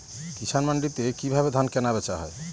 কৃষান মান্ডিতে কি ভাবে ধান কেনাবেচা হয়?